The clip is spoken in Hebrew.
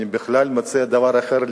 אני בכלל מציע דבר אחר לגמרי: